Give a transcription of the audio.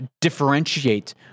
differentiate